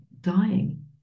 dying